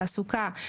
תעסוקה,